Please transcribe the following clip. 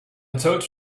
told